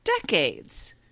decades